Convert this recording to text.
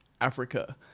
Africa